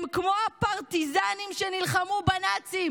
הם כמו הפרטיזנים שנלחמו בנאצים,